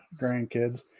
grandkids